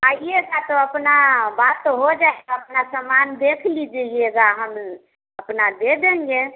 आइएगा तो अपना बात तो हो जाएगा अपना सामान देख लीजिएगा हम अपना दे देंगे